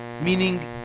Meaning